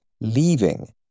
leaving